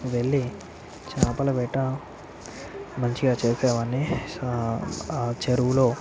వెళ్ళి చేపల వేట మంచిగా చేసేవాడిని చ ఆ చెరువులో